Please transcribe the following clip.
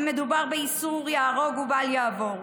ומדובר באיסור ייהרג ובל יעבור,